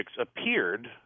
appeared